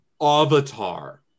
Avatar